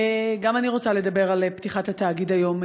גם אני רוצה לדבר על פתיחת התאגיד היום.